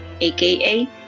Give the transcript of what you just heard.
aka